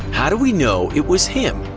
how do we know it was him?